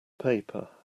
paper